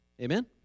Amen